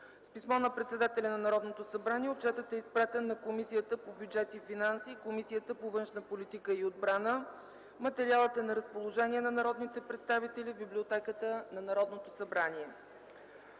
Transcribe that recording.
С писмо на председателя на Народното събрание отчетът е изпратен на Комисията по бюджет и финанси и Комисията по външна политика и отбрана. Материалът е на разположение на народните представители в Библиотеката на Народното събрание.